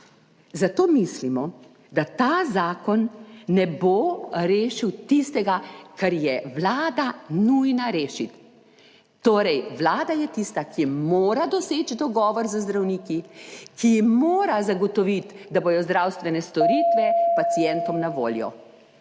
Zato mislimo, da ta zakon ne bo rešil tistega, kar je Vlada nujna rešiti. Torej, Vlada je tista, ki mora doseči dogovor z zdravniki, ki mora zagotoviti, da bodo zdravstvene storitve pacientom na voljo.